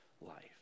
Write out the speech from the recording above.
life